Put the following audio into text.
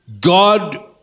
God